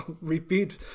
repeat